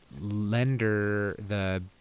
lender—the—